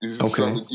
Okay